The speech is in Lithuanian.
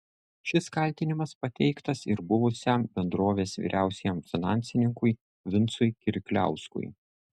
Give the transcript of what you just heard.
šis kaltinimas pateiktas ir buvusiam bendrovės vyriausiajam finansininkui vincui kirkliauskui